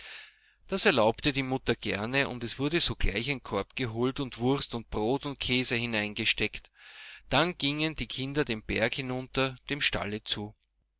das erlaubte die mutter gern und es wurde sogleich ein korb geholt und wurst und brot und käse hineingesteckt dann gingen die kinder den berg hinunter dem stalle zu